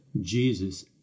Jesus